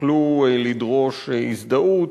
יוכלו לדרוש הזדהות,